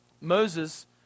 Moses